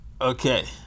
Okay